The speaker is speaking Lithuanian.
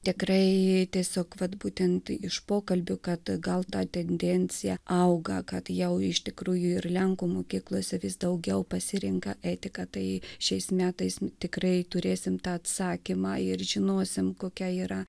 tikrai jai tiesiog vat būtent iš pokalbių kad gal ta tendencija auga kad jau iš tikrųjų ir lenkų mokyklose vis daugiau pasirenka etiką tai šiais metais tikrai turėsime tą atsakymą ir žinosime kokia yra